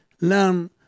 learn